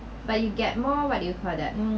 but you get more what do you called that mm